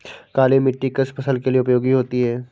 काली मिट्टी किस फसल के लिए उपयोगी होती है?